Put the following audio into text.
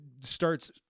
starts